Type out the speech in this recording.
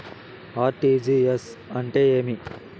RTGS అంటే ఏమి